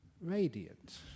radiant